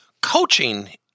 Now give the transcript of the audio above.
Coaching